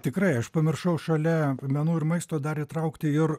tikrai aš pamiršau šalia menų ir maisto dar įtraukti ir